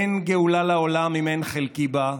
אין גאולה לעולם, אם אין חלקי בה.